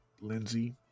Lindsey